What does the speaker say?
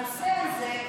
הנושא הזה,